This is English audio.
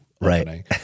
right